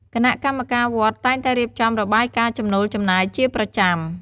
គណៈកម្មការវត្តតែងតែរៀបចំរបាយការណ៍ចំណូលចំណាយជាប្រចាំ។